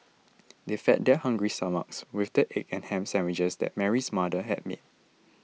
they fed their hungry stomachs with the egg and ham sandwiches that Mary's mother had made